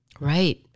Right